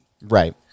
Right